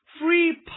free